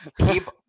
Keep